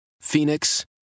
Phoenix